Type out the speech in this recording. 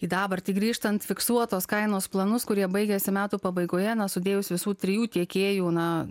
į dabartį grįžtant fiksuotos kainos planus kurie baigiasi metų pabaigoje na sudėjus visų trijų tiekėjų na